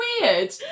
weird